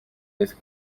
yezu